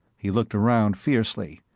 he looked around fiercely,